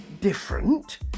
different